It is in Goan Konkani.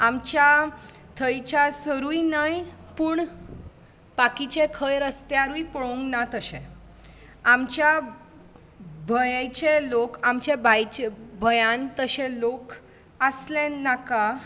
आमच्या थंयच्या सरूय न्हय पूण बाकीचे खंय रस्त्यारूय पळोवंक ना तशें आमच्या भंयचे लोक आमच्या बायचे भंयान तशे लोक आसले नाका